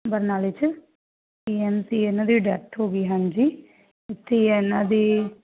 ਬਰਨਾਲੇ 'ਚ C M C ਇਹਨਾਂ ਦੀ ਡੈਥ ਹੋ ਗਈ ਹਾਂਜੀ ਅਤੇ ਇਹਨਾਂ ਦੀ